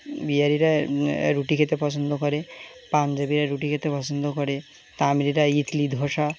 বিহারিরা রুটি খেতে পছন্দ করে পাঞ্জাবির রুটি খেতে পছন্দ করে তামিলিরা ইডলি ধোসা